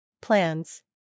Plans